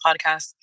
podcast